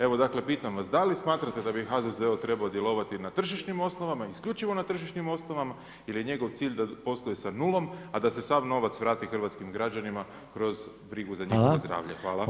Evo dakle pitam vas, da li smatrate da bi HZZO trebao djelovati na tržišnim osnovama, isključivo na tržišnim osnovama ili je njegov cilj da posluje sa nulom, a da se sav novac vrati hrvatskim građanima kroz za brigu za njegu zdravlja?